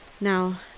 Now